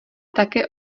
také